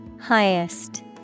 Highest